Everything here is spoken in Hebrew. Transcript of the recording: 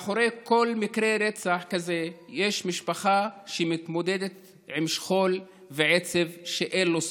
מאחורי כל מקרה רצח כזה יש משפחה שמתמודדת עם שכול ועצב שאין לו סוף.